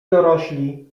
dorośli